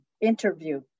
interview